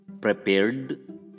prepared